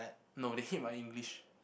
no they hate my English